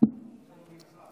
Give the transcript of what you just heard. אין מה לעשות,